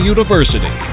University